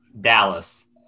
Dallas